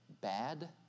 bad